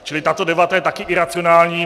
Čili tato debata je taky iracionální.